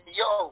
yo